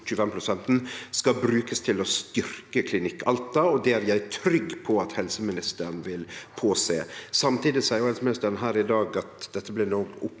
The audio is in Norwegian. skal brukast til å styrkje Klinikk Alta, og at «det er jeg trygg på at helseministeren vil påse». Samtidig seier helseministeren her i dag at dette blir opp til